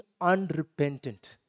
unrepentant